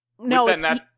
No